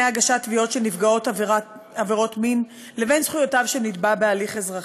הגשת תביעות של נפגעות עבירות מין לבין זכויותיו של נתבע בהליך אזרחי.